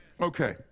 Okay